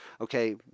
okay